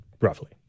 roughly